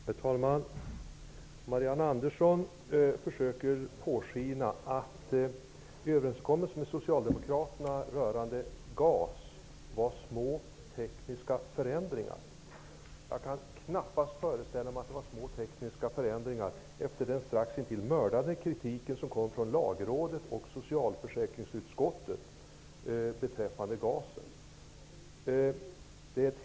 Herr talman! Marianne Andersson vill låta påskina att överenskommelsen med Socialdemokraterna rörande GAS träffades efter att det gjorts små tekniska förändringar. Jag kan knappast föreställa mig att det var små tekniska förändringar som gjordes, efter den strax intill mördande kritiken från Lagrådet och socialförsäkringsutskottet beträffande GAS.